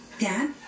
Dad